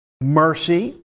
mercy